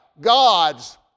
God's